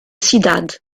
cidade